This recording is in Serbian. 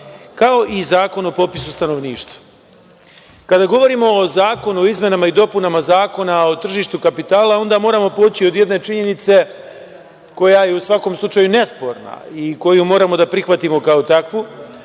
kao i Zakon o popisu stanovništva. Kada govorimo o zakonu o izmenama i dopunama Zakona o tržištu kapitala, onda moramo poći od jedne činjenice koja je u svakom slučaju nesporna i koju moramo da prihvatimo kao takvu,